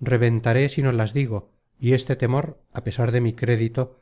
reventaré si no las digo y este temor á pesar de mi crédito